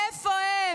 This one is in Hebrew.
איפה הם?